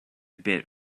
bit